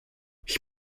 ich